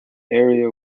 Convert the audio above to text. area